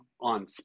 on